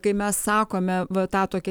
kai mes sakome va tą tokią